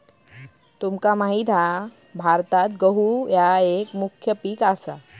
तुमका माहित हा भारतात गहु एक मुख्य पीक असा